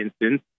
instance